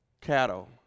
cattle